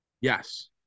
Yes